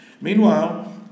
Meanwhile